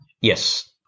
Yes